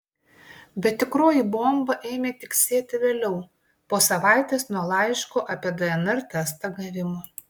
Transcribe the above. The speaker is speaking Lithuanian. bet tikroji bomba ėmė tiksėti vėliau po savaitės nuo laiško apie dnr testą gavimo